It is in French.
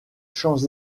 champs